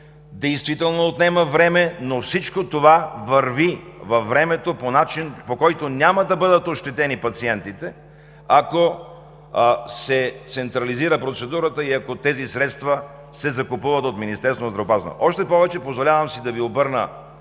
действително отнема време, но всичко това върви във времето по начин, по който няма да бъдат ощетени пациентите, ако се централизира процедурата и ако тези средства се закупуват от Министерството на здравеопазването. Още повече, позволявам си да Ви обърна